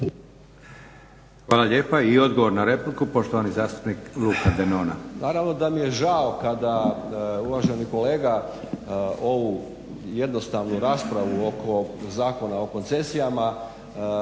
Hvala lijepa. I odgovor na repliku poštovani zastupnik Luka Denona.